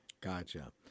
Gotcha